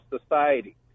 society